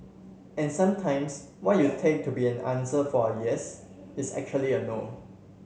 and sometimes what you take to be an answer for yes is actually a no